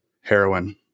heroin